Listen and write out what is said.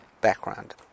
background